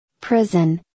Prison